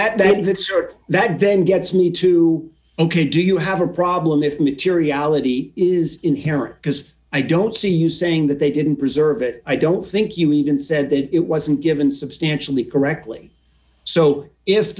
sure that then gets me to do you have a problem if materiality is inherent because i don't see you saying that they didn't preserve it i don't think you even said that it wasn't given substantially correctly so if